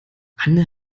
anne